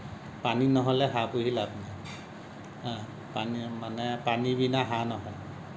পানী নহ'লে হাঁহ পুহি লাভ নাই হা পানী মানে পানী বিনা হাঁহ নহয়